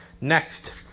Next